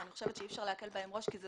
שאני חושבת שאי אפשר להקל בהן ראש כי זאת